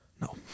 No